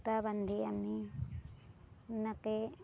সূতা বান্ধি আমি এনেকে